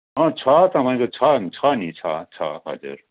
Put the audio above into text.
अँ छ तपाईँको छ नि छ नि छ छ हजुर